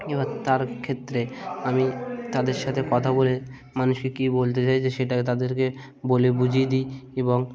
এবার তার ক্ষেত্রে আমি তাদের সাথে কথা বলে মানুষকে কী বলতে চাইছে সেটা তাদেরকে বলে বুঝিয়ে দিই এবং